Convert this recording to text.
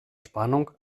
spannung